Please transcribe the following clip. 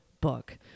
book